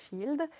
field